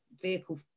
vehicle